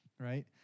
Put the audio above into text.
right